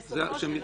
מה שרוצים.